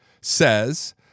says